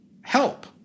help